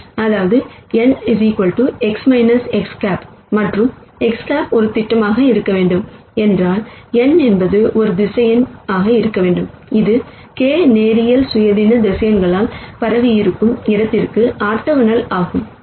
அதாவது n X X̂ மற்றும் X̂ ஒரு திட்டமாக இருக்க வேண்டும் என்றால் n என்பது ஒரு வெக்டார் இருக்க வேண்டும் இது k லீனியர் இண்டிபெண்டன்ட் வெக்டார்களால் பரவியிருக்கும் இடத்திற்கு ஆர்த்தோகனல் ஆகும்